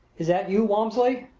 is that you, walmsley?